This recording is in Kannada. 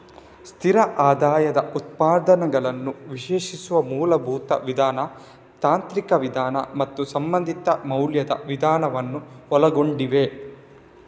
ಸ್ಥಿರ ಆದಾಯದ ಉತ್ಪನ್ನಗಳನ್ನು ವಿಶ್ಲೇಷಿಸುವ ಮೂಲಭೂತ ವಿಧಾನ, ತಾಂತ್ರಿಕ ವಿಧಾನ ಮತ್ತು ಸಂಬಂಧಿತ ಮೌಲ್ಯದ ವಿಧಾನವನ್ನು ಒಳಗೊಂಡಿವೆ